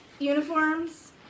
Uniforms